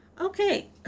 Okay